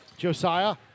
Josiah